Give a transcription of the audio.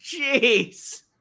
Jeez